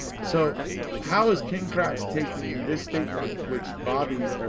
so how is king kratz taking this statement which bobby.